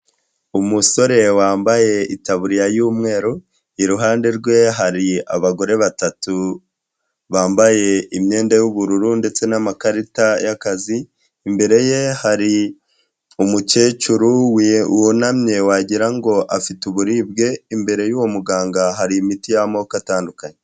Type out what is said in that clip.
Umusore wambaye itaburiya y'umweru iruhande rwe hari abagore batatu bambaye imyenda y'ubururu ndetse n'amakarita y'akazi, imbere ye hari umukecuru wunamye wagira ngo afite uburibwe, imbere yuwo muganga hari imiti y'amoko atandukanye.